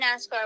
NASCAR